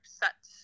set